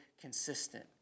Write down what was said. consistent